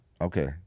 Okay